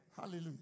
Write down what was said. Hallelujah